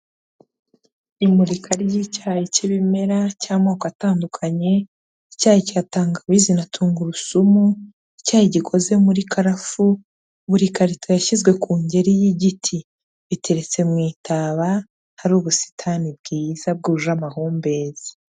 Imurika ry'icyayi cy'ibimera, cy'amoko atandukanye. Icyayi cya tangawizi na tungurusumu, icyayi gikoze muri karafu. Buri karito yashyizwe ku ngeri y'igiti iteretse mu itaba, hari ubusitani bwiza bwuje amahumbezi.